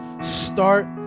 start